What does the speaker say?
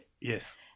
Yes